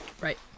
right